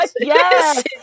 Yes